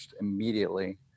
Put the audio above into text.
immediately